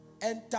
enter